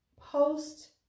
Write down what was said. post-